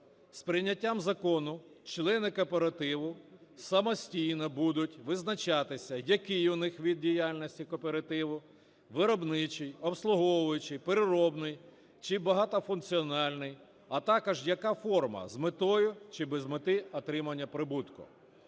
З прийняттям закону члени кооперативу самостійно будуть визначатися, який у них вид діяльності кооперативу: виробничий, обслуговуючий, переробний чи багатофункціональний, а також, яка форма: з метою чи без мети отримання прибутку.